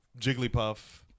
Jigglypuff